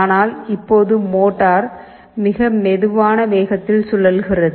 ஆனால் இப்போது மோட்டார் மிக மெதுவான வேகத்தில் சுழல்கிறது